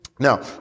Now